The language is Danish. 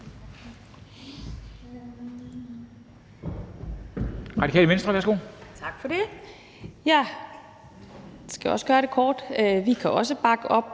Zenia Stampe (RV): Tak for det. Jeg skal også gøre det kort. Vi kan også bakke op